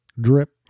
drip